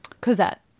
cosette